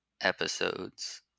episodes